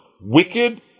wicked